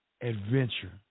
adventure